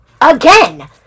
again